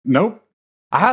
Nope